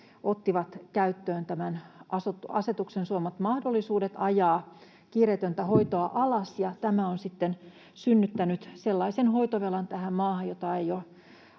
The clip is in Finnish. ottivat käyttöön tämän asetuksen suomat mahdollisuudet ajaa kiireetöntä hoitoa alas, ja tämä on sitten synnyttänyt sellaisen hoitovelan tähän maahan, jota ei ole